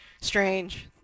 strange